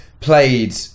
played